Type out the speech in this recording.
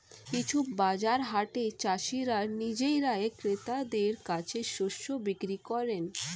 কিছু বাজার হাটে চাষীরা নিজেরাই ক্রেতাদের কাছে শস্য বিক্রি করেন